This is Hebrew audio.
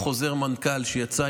עם חוזר מנכ"ל שיצא,